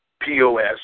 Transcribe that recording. POS